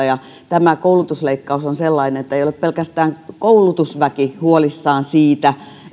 ja tämä koulutusleikkaus on sellainen ettei ole pelkästään koulutusväki huolissaan siitä